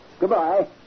Goodbye